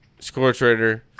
ScoreTrader